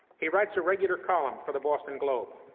he writes a regular column for the boston globe.